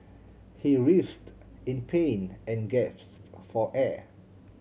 he writhed in pain and gasped for air